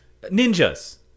Ninjas